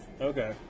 okay